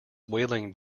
wailing